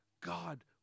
God